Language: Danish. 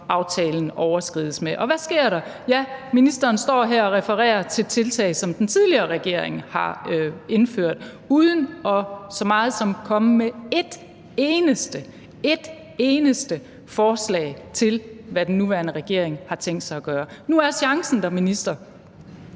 aftalen overskrides med. Og hvad sker der? Ja, ministeren står her og refererer til tiltag, som den tidligere regering indførte, uden at komme med så meget som et eneste – et eneste! – forslag til, hvad den nuværende regering har tænkt sig at gøre. Nu er chancen der, minister